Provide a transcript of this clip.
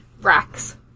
racks